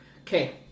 Okay